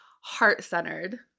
heart-centered